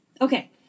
Okay